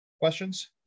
questions